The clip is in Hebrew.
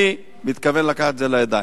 אני מתכוון לקחת את זה לידיים.